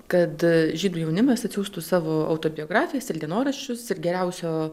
kad žydų jaunimas atsiųstų savo autobiografijas ir dienoraščius ir geriausio